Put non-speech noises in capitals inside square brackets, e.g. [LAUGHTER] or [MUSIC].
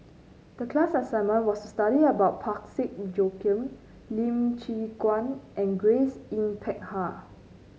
the class assignment was to study about Parsick Joaquim Lim Chwee [NOISE] Chian and Grace Yin Peck Ha